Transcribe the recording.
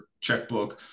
checkbook